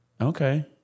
Okay